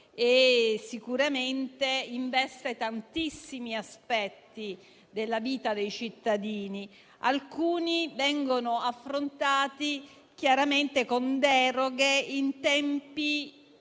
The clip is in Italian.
e sicuramente investe tantissimi aspetti della vita dei cittadini. Alcuni aspetti vengono affrontati chiaramente con deroghe in tempi